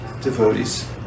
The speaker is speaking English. devotees